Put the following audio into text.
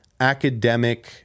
academic